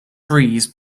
breeze